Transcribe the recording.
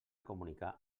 comunicar